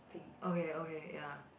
okay okay ya